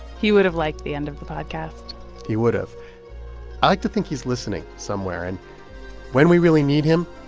he would've like the end of the podcast he would've. i like to think he's listening somewhere. and when we really need him,